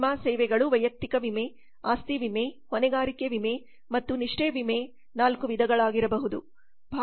ವಿಮಾ ಸೇವೆಗಳು ವೈಯಕ್ತಿಕ ವಿಮೆ ಆಸ್ತಿ ವಿಮೆ ಹೊಣೆಗಾರಿಕೆ ವಿಮೆ ಮತ್ತು ನಿಷ್ಠೆ ವಿಮೆ 4 ವಿಧಗಳಾಗಿರಬಹುದು